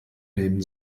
nehmen